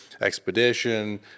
Expedition